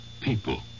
People